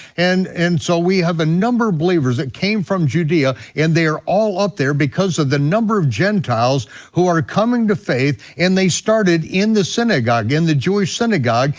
and and so we have a number of believers that came from judea and they are all up there because of the number of gentiles who are coming to faith, and they started in the synagogue, in the jewish synagogue,